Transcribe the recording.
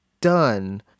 done